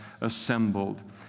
assembled